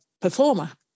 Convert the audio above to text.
performer